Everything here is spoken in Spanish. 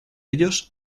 ellos